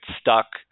stuck